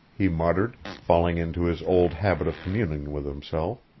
he muttered, falling into his old habit of communing with himself.